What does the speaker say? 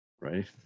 right